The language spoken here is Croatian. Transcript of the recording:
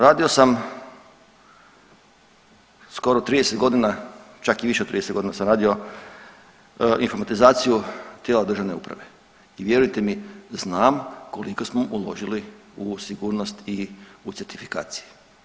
Radio sam skoro 30 godina čak i više od 30 godina sam radio informatizaciju tijela države uprave i vjerujte mi znam koliko smo uložili u sigurnost i u certifikacije.